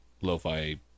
lo-fi